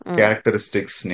characteristics